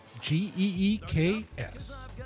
G-E-E-K-S